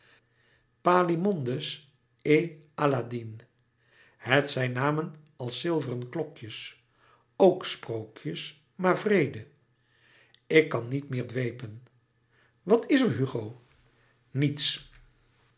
alladine het zijn namen als zilveren klokjes ook sprookjes maar wreede ik kan niet meer dwepen wat is er hugo niets